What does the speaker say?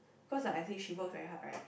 cause like I say she works very hard right